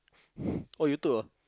oh you took ah